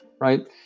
right